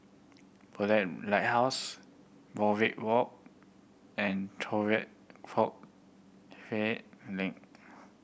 Bedok Lighthouse Warwick Road and